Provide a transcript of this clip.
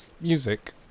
music